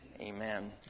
Amen